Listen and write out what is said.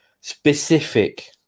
specific